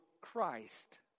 Christ